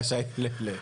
(הצגת מצגת)